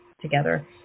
together